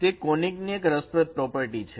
તે કોનીક એક રસપ્રદ પ્રોપર્ટી છે